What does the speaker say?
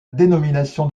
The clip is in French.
dénomination